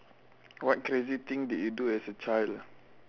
what crazy thing did you do as a child